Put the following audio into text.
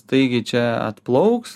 staigiai čia atplauks